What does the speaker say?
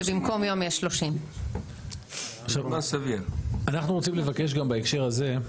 שבמקום יום יהיה 30. אנחנו רוצים לבקש גם בהקשר הזה.